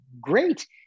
great